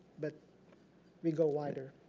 but we go wider.